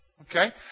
Okay